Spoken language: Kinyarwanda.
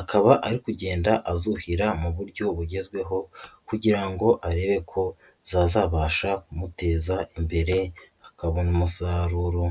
akaba ari kugenda azuhira mu buryo bugezweho kugira ngo arebe ko zazabasha kumuteza imbere akabona umusaruro.